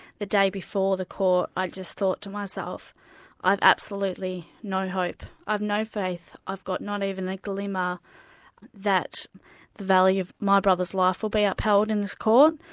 the day before the court i just thought to myself i've absolutely no hope. i've no faith. i've got not even a glimmer that the value of my brother's life will be upheld in this court.